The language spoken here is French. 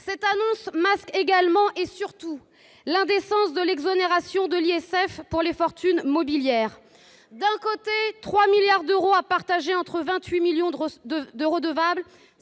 Cette annonce masque également et surtout l'indécence de l'exonération de l'ISF pour les fortunes mobilières. Eh oui ! D'un côté, 3 milliards d'euros à partager entre 28 millions de redevables